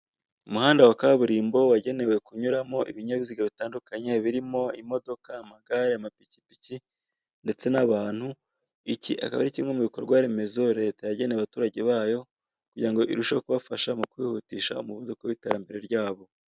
Umuhanda wa kaburimo wagenewe kunyuramo ibinyabiziga bitandunkaye birimo imodoka, amagare, amapikipiki ndetse n'abantu iki akaba ari kimwe mu bikorwaremezo leta yageneye abaturage bayo kugira ngo irusheho kubafasha mu kwihutisha umuvuduko w'iterambere ryabo.